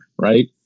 right